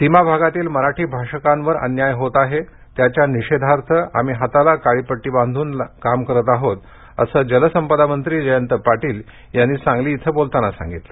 सीमा भागातील मराठी भाषकांवर अन्याय होत आहे त्याच्या निषेधार्थ आम्ही हाताला काळी पट्टी लावून काम करीत आहोत असं जलसंपदा मंत्री जयंत पाटील यांनी सांगलीत बोलताना सांगितलं